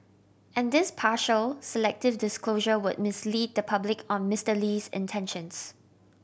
and this partial selective disclosure would mislead the public on Mister Lee's intentions